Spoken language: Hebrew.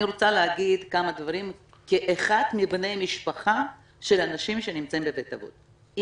אני רוצה להגיד כמה דברים כאחת מבני משפחה של אנשים שנמצאים בבית אבות.